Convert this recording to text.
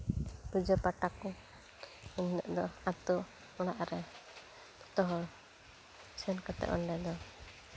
ᱯᱩᱡᱟᱹ ᱯᱟᱴᱟᱠᱚ ᱮᱱᱦᱤᱞᱳᱜ ᱫᱚ ᱟᱛᱳ ᱨᱮᱱ ᱡᱚᱛᱚ ᱦᱚᱲ ᱥᱮᱱ ᱠᱟᱛᱮ ᱚᱸᱰᱮᱞᱮ